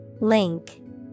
Link